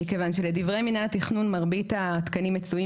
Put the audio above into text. מכיוון שלדברי מינהל התכנון מרבית התקנים מצויים